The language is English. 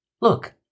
Look